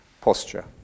posture